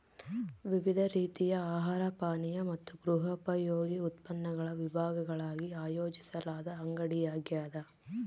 ವಿವಿಧ ರೀತಿಯ ಆಹಾರ ಪಾನೀಯ ಮತ್ತು ಗೃಹೋಪಯೋಗಿ ಉತ್ಪನ್ನಗಳ ವಿಭಾಗಗಳಾಗಿ ಆಯೋಜಿಸಲಾದ ಅಂಗಡಿಯಾಗ್ಯದ